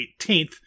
18th